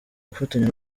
gufatanya